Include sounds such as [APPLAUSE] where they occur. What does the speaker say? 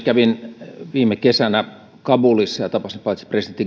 [UNINTELLIGIBLE] kävin viime kesänä kabulissa ja tapasin paitsi presidentti